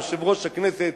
יושב-ראש הכנסת,